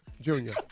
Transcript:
Junior